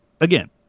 again